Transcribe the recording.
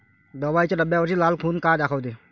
दवाईच्या डब्यावरची लाल खून का दाखवते?